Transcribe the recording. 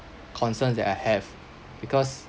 concerns that I have because